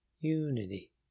Unity